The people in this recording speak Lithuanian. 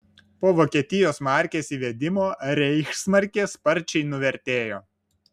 po vokietijos markės įvedimo reichsmarkė sparčiai nuvertėjo